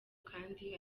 kandi